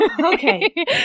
Okay